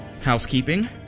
housekeeping